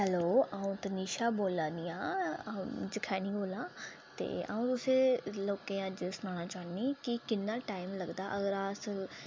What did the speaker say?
hello आऊम तनिशा बोल्ला नीं आऊँ तुसें लोकें गी सुनाना चाह्न्नी कि किन्ना टाईम लगदा अगर अस